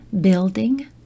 Building